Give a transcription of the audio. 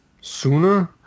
sooner